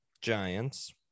giants